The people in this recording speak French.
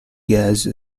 gaz